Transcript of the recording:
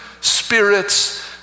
spirits